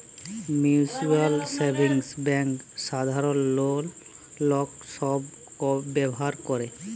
mutual savings bank সাধারল লক ছব ব্যাভার ক্যরে